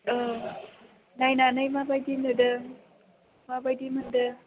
औ नायनानै माबायदि नुदों माबायदि मोनदों